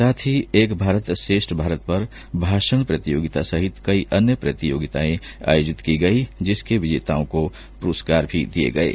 साथ ही एक भारत श्रेष्ठ भारत पर भाषण प्रतियोगिता सहित कई अन्य प्रतियोगिताएं आयोजित की गईं जिनके विजेताओं को पुरस्कार भी दिये गये